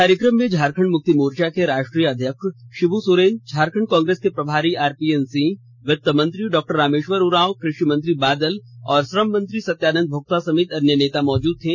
कार्यकम में झारखंड मुक्ति मोर्चा के राष्ट्रीय अध्यक्ष शिब् सोरेन झारखंड कांग्रेस के प्रभारी आरपीएन सिंह वित्त मंत्री डॉक्टर रामेश्वर उराव कृषि मत्री बादल और श्रम मंत्री सत्यानंद भोगता समेत अन्य नेता मौजूद थे